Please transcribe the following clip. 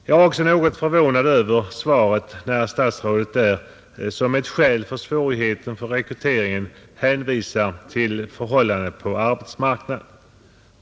Jag är något förvånad över att statsrådet som en förklaring till svårigheter med rekryteringen anger förhållandena på arbetsmarknaden.